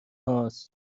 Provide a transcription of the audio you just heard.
هاست